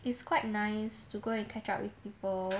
it's quite nice to go and catch up with people